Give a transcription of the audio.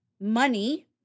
money